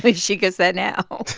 but she goes that now.